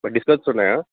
మరి డిస్కౌంట్స్ ఉన్నాయా